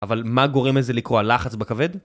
אבל מה גורם את זה לקרוא, הלחץ בכבד?